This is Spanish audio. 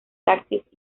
taxis